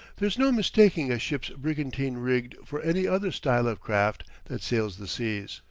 there's no mistaking a ship brigantine-rigged for any other style of craft that sails the seas.